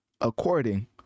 according